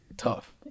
tough